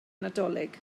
nadolig